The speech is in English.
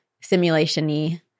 simulation-y